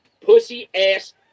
pussy-ass